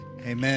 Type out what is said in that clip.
Amen